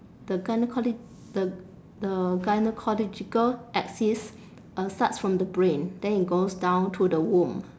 the gynaecolo~ the the gynaecological axis uh starts from the brain then it goes down to the womb